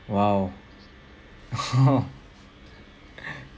!wow!